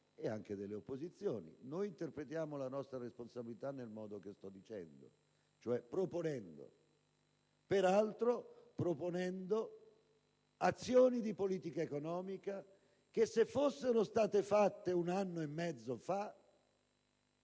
e anche delle opposizioni. Noi interpretiamo la nostra responsabilità nel modo che sto dicendo, cioè proponendo azioni di politica economica che, peraltro, se fossero state fatte un anno e mezzo fa